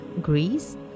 Greece